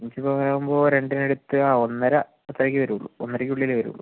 അഞ്ച് പവൻ ആവുമ്പം രണ്ടിനടുത്ത് ആ ഒന്നര അത്ര ഒക്കെയേ വരുള്ളൂ ഒന്നരക്കുള്ളിലേ വരൂള്ളൂ